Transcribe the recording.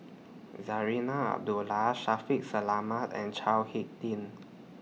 Zarinah Abdullah Shaffiq Selamat and Chao Hick Tin